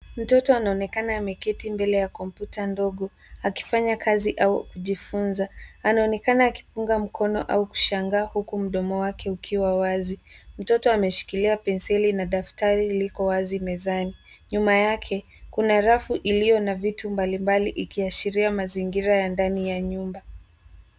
Mtoto anaonekana ameketi mbele ya kompyuta ndogo akifanya kazi au kujifunza, anaonekana akipunga mkono au kushangaa huku mdomo wake ukiwa wazi. Mtoto ameshikilia penseli na daftari liko wazi mezani, nyuma yake kuna rafu iliyo na vitu mbalimbali ikiashiria mazingira ya ndani ya nyumba